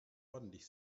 ordentlich